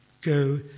Go